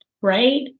right